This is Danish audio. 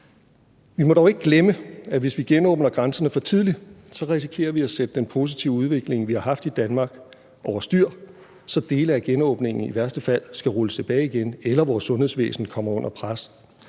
Vi må dog ikke glemme, at hvis vi genåbner grænserne for tidligt, risikerer vi at sætte den positive udvikling, vi har haft i Danmark, over styr, så dele af genåbningen i værste fald skal rulles tilbage igen eller vores sundhedsvæsen kommer under pres.